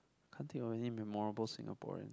can't think of any memorable Singaporean